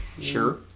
Sure